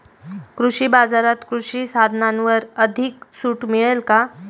कृषी बाजारात कृषी साधनांवर अधिक सूट मिळेल का?